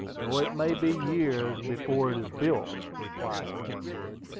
though it may be years before it is built, replied cornwood.